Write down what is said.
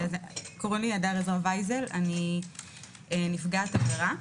אני נפגעת עבירה.